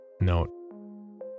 Note